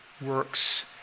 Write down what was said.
works